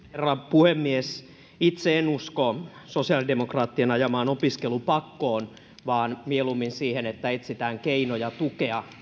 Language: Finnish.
puhemies itse en usko sosiaalidemokraattien ajamaan opiskelupakkoon vaan mieluummin siihen että etsitään keinoja tukea